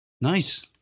Nice